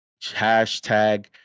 hashtag